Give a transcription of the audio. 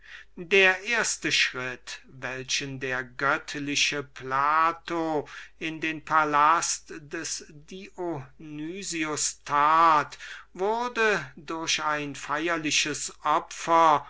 der erste schritt welchen der göttliche plato in den palast des dionysius tat wurde durch ein feirliches opfer